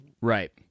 Right